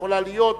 שיכולה להיות,